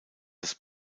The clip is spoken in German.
das